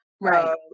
right